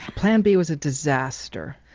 plan b was a disaster.